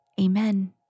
amen